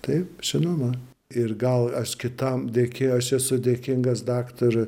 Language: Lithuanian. taip žinoma ir gal aš kitam dėki aš esu dėkingas daktarui